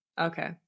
Okay